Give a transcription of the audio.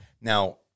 Now